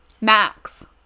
max